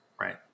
Right